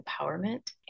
empowerment